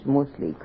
mostly